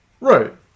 Right